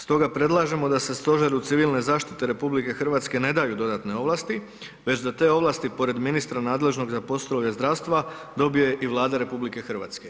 Stoga predlažemo da se Stožeru civilne zaštite RH ne daju dodatne ovlasti, već da te ovlasti pored ministra nadležnog za poslove zdravstva dobije i Vlada RH.